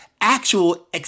actual